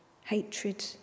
hatred